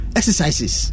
exercises